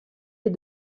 est